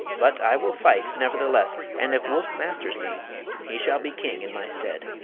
but i will fight, nevertheless, and if woof masters me he shall be king in my stead.